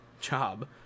job